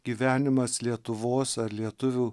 gyvenimas lietuvos ar lietuvių